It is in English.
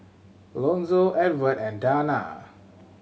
Lonzo Evert and Danna